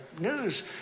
news